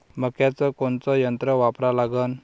मक्याचं कोनचं यंत्र वापरा लागन?